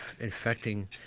Infecting